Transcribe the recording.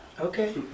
Okay